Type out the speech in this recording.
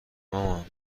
مامان